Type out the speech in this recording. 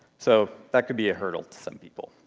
so, that could be a hurdle to some people.